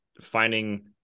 finding